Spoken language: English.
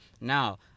Now